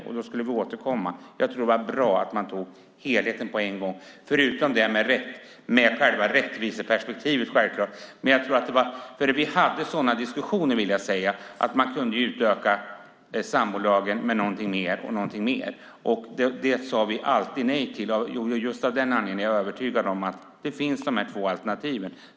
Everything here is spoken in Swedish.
Jag tror att det var bra att man tog helheten på en gång, självklart även ur rättviseperspektiv. Vi hade diskussioner om att utöka sambolagen, men det sade vi alltid nej till. Det finns dessa två alternativ.